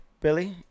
Billy